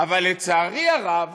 אבל לצערי הרב